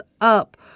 up